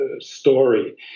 story